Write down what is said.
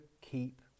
keep